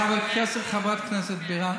חברת הכנסת בירן,